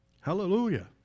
Hallelujah